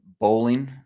bowling